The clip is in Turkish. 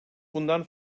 bundan